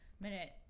minute